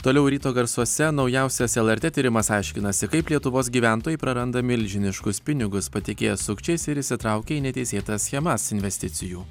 toliau ryto garsuose naujausias lrt tyrimas aiškinasi kaip lietuvos gyventojai praranda milžiniškus pinigus patikėję sukčiais ir įsitraukę į neteisėtas schemas investicijų